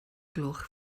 gloch